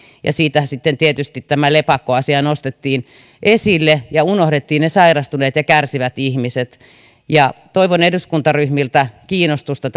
ja siitähän sitten tietysti tämä lepakkoasia nostettiin esille ja unohdettiin ne sairastuneet ja kärsivät ihmiset toivon eduskuntaryhmiltä kiinnostusta